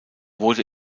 wurde